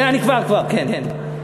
אני כבר, כבר, כן.